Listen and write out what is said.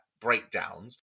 breakdowns